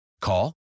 Call